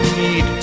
need